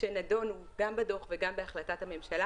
שנדונו גם בדוח וגם בהחלטת הממשלה.